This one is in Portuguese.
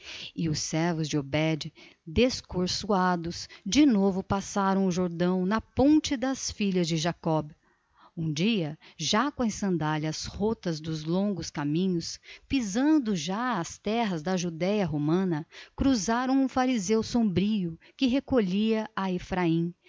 e os servos de obed descoroçoados de novo passavam o jordão na ponte das filhas de jacob um dia já com as sandálias rotas dos longos caminhos pisando já as terras da judeia romana cruzaram um fariseu sombrio que recolhia a efraim